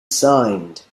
signed